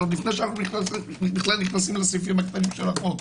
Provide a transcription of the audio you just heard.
עוד לפני שאנו נכנסים לסעיפים הקטנים של החוק,